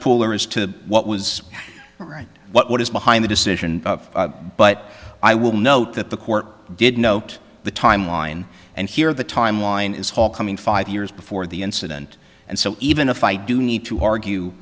pooler as to what was right what is behind the decision but i will note that the court did note the timeline and here the timeline is whole coming five years before the incident and so even if i do need to argue